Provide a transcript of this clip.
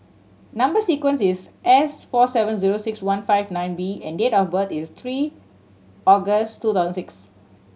number sequence is S four seven zero six one five nine B and date of birth is three August two thousand six